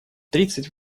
тридцать